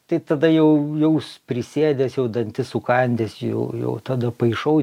tai tada jau jaus prisėdęs jau dantis sukandęs jau jau tada paišau